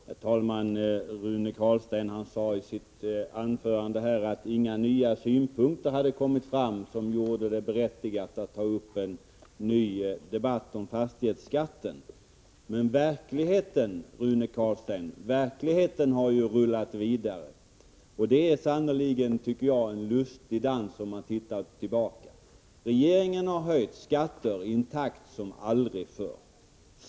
Herr talman! Rune Carlstein sade i sitt anförande att inga nya synpunkter hade kommit fram som gjorde det berättigat att ta upp en ny debatt om fastighetsskatten. Men verkligheten har rullat vidare, Rune Carlstein, och det är sannerligen en lustig dans som pågår — vilket man kan se om man tittar tillbaka. Regeringen har höjt skatter i en takt som aldrig förr.